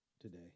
today